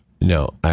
No